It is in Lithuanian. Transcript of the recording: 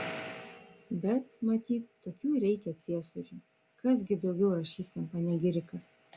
bet matyt tokių ir reikia ciesoriui kas gi daugiau rašys jam panegirikas